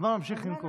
הזמן ממשיך לנקוף.